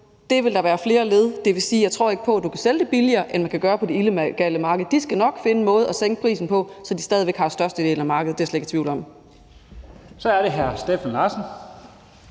Det ville der være i flere led. Det vil sige, at jeg ikke tror på, at du kan sælge det billigere, end man kan gøre på det illegale marked. De skal nok finde en måde at sænke prisen på, så de stadig væk har størstedelen af markedet; det er jeg slet ikke i tvivl om. Kl. 18:14 Første næstformand